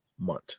month